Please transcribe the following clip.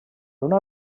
una